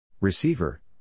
Receiver